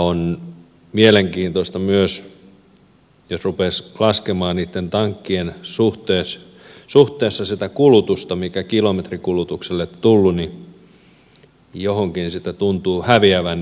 on mielenkiintoista myös että jos rupeaisi laskemaan niitten tankkien suhteessa sitä kulutusta mikä kilometriä kohti on tullut niin johonkin sitä tuntuu häviävän